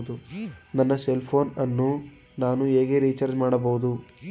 ನನ್ನ cell phone ಅನ್ನು ನಾನು ಹೇಗೆ ರಿಚಾರ್ಜ್ ಮಾಡಬಹುದು?